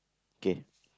K